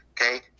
Okay